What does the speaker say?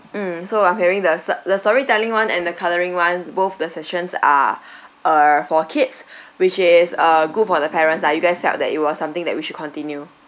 mm so I'm hearing the sa~ the storytelling [one] and the colouring [one] both the sessions are uh for kids which is uh good for the parents lah you guys felt that it was something that we should continue